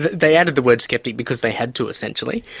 they added the word sceptic because they had to, essentially.